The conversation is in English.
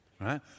right